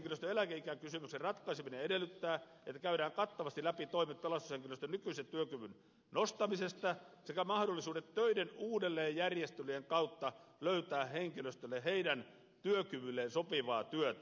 pelastushenkilöstön eläkeikäkysymyksen ratkaiseminen edellyttää että käydään kattavasti läpi toimet pelastushenkilöstön nykyisen työkyvyn nostamisesta sekä mahdollisuudet töiden uudelleen järjestelyjen kautta löytää henkilöstölle heidän työkyvylleen sopivaa työtä